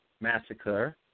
massacre